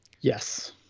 yes